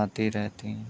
आती रहती हैं